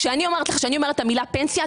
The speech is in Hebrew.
כשאני אומרת את המילה פנסיה,